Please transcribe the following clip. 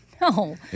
No